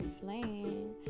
flame